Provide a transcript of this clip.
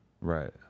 Right